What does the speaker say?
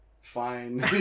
fine